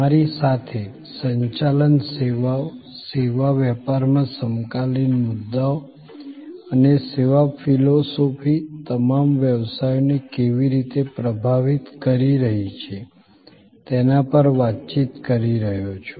તમારી સાથે સંચાલન સેવાઓ સેવા વ્યાપારમાં સમકાલીન મુદ્દાઓ અને સેવા ફિલસૂફી તમામ વ્યવસાયોને કેવી રીતે પ્રભાવિત કરી રહી છે તેના પર વાતચીત કરી રહ્યો છું